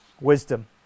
wisdom